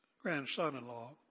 grandson-in-law